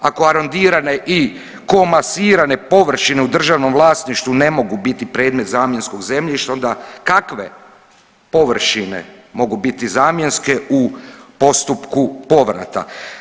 Ako arondirane i komasirane površine u državnom vlasništvu ne mogu biti predmet zamjenskog zemljišta onda kakve površine mogu biti zamjenske u postupku povrata?